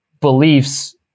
beliefs